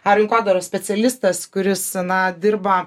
ar rinkodaros specialistas kuris na dirba